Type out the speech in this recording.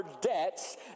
debts